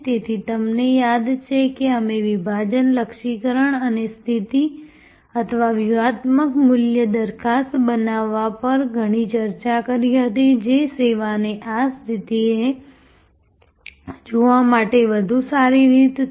તેથી તમને યાદ છે કે અમે વિભાજન લક્ષ્યીકરણ અને સ્થિતિ અથવા વ્યૂહાત્મક મૂલ્ય દરખાસ્ત બનાવવા પર ઘણી ચર્ચા કરી હતી જે સેવાને આ સ્થિતિને જોવા માટે વધુ સારી રીત છે